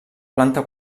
planta